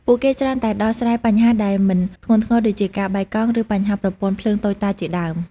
ពួកគេច្រើនតែដោះស្រាយបញ្ហាដែលមិនធ្ងន់ធ្ងរដូចជាការបែកកង់ ឬបញ្ហាប្រព័ន្ធភ្លើងតូចតាចជាដើម។